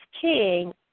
king